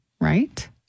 right